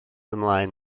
ymlaen